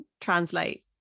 translate